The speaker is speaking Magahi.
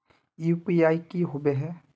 यु.पी.आई की होबे है?